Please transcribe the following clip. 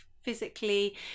physically